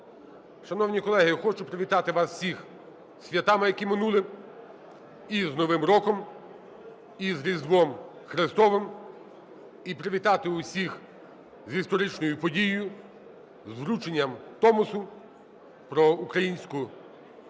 Шановні колеги, я хочу привітати вас всіх зі святами, які минули, і з Новим роком, і з Різдвом Христовим і привітати усіх з історичною подією: з врученням Томосу про Українську помісну